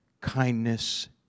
kindness